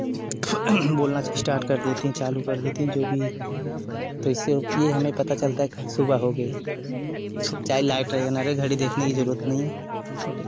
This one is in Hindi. बोलना स्टार्ट कर देती है चालू कर देती है जो भी तो इससे यह हमें पता चलता है कि सुबह हो गई चाहे लाइट रहे ना रहे घड़ी देखने की ज़रूरत नहीं है